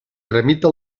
tramita